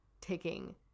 taking